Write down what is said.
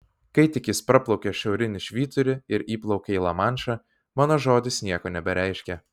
kai tik jis praplaukia šiaurinį švyturį ir įplaukia į lamanšą mano žodis nieko nebereiškia